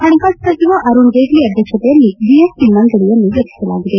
ಹಣಕಾಸು ಸಚಿವ ಅರುಣ್ ಜೇಟ್ಲ ಅಧ್ಯಕ್ಷತೆಯ ಜೆಎಸ್ಟಿ ಮಂಡಳಿಯನ್ನು ರಚಿಸಲಾಗಿದೆ